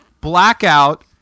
Blackout